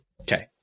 Okay